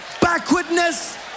backwardness